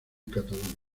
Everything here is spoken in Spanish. cataluña